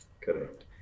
Correct